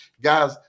Guys